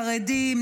חרדים,